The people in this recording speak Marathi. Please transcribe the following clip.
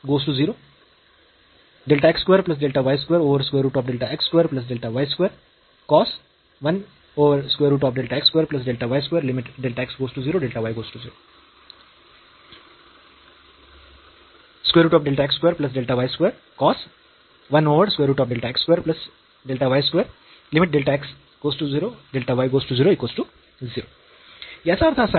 याचा अर्थ असा की जर ही लिमिट 0 आहे तर फंक्शन डिफरन्शियेबल आहे